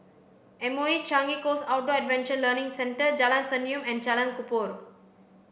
M O E Changi Coast Outdoor Adventure Learning Centre Jalan Senyum and Jalan Kubor